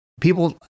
People